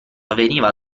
avveniva